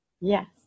Yes